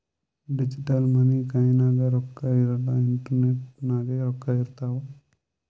digital money ಕೈನಾಗ್ ರೊಕ್ಕಾ ಇರಲ್ಲ ಇಂಟರ್ನೆಟ್ ನಾಗೆ ರೊಕ್ಕಾ ಇರ್ತಾವ್